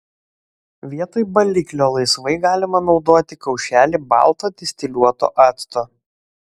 vietoj baliklio laisvai galima naudoti kaušelį balto distiliuoto acto